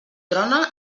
trona